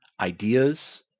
ideas